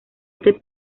este